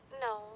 No